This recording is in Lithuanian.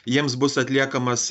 jiems bus atliekamas